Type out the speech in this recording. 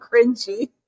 cringy